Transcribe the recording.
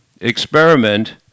experiment